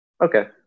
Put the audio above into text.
Okay